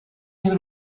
you